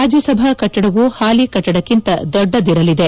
ರಾಜ್ಯಸಭಾ ಕೆಟ್ಟಡವೂ ಹಾಲಿ ಕೆಟ್ಟಡಕ್ಕಿ ಂತೆ ದೊಡ್ಡದಿರಲಿದೆ